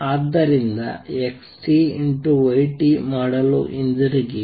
ಆದ್ದರಿಂದ X Y ಮಾಡಲು ಹಿಂತಿರುಗಿ